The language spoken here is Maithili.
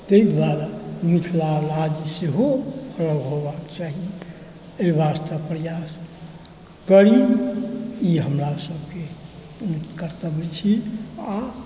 ताहि दुआरे मिथिला राज्य सेहो अलग होबाक चाही एहि वास्ते प्रयास करी ई हमरा सभके मूल कर्तव्य छी आओर